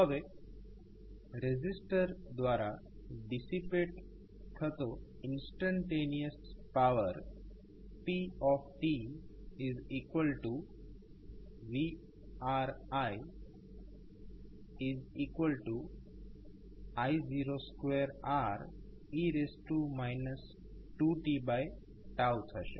હવે રેઝિસ્ટર દ્વારા ડિસ્સીપેટ થતો ઇન્સ્ટંટેનીયસ પાવર pvRiI02Re 2tથશે